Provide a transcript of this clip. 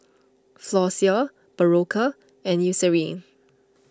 Floxia Berocca and Eucerin